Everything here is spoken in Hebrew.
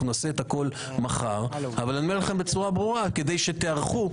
נעשה הכול מחר, אבל אומר בצורה ברורה כדי שתיערכו.